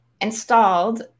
installed